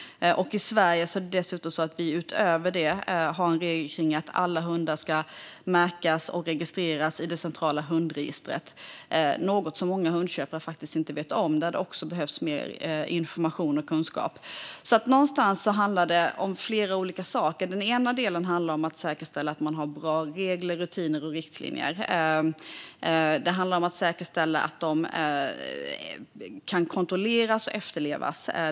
I Sverige har vi utöver det en regel om att alla hundar ska märkas och registreras i det centrala hundregistret. Det är något som många hundköpare faktiskt inte vet om. Där behövs det också mer information och kunskap. Det handlar alltså om flera olika saker. Det handlar om att säkerställa att man har bra regler, rutiner och riktlinjer. Det handlar om att säkerställa att de kan kontrolleras och efterlevas.